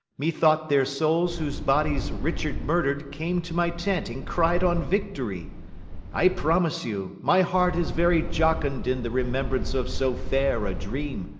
methought their souls whose bodies richard murder'd came to my tent and cried on victory i promise you, my heart is very jocund in the remembrance of so fair a dream.